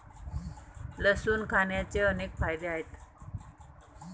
लसूण खाण्याचे अनेक फायदे आहेत